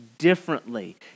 Differently